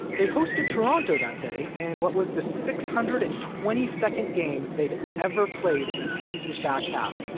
they hosted toronto that day in what was the six hundred and twenty second game they'd ever played in a season's back half.